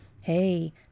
Hey